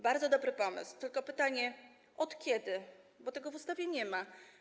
Bardzo dobry pomysł, tylko pytanie, od kiedy, bo tego w ustawie nie ma.